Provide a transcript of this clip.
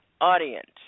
audience